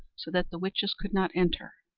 so that the witches could not enter,